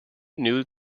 new